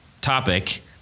topic